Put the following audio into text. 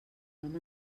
vam